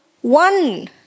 one